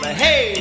hey